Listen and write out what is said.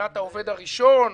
שאלת העובד הראשון,